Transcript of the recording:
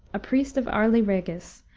a priest of arley regis,